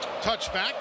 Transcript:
touchback